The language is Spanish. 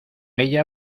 ella